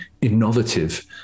innovative